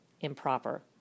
improper